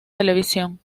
televisión